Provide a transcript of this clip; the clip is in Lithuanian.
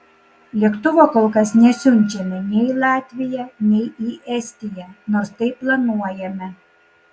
lėktuvo kol kas nesiunčiame nei į latviją nei į estiją nors tai planuojame